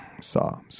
saw